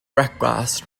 brecwast